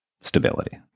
stability